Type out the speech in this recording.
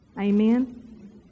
Amen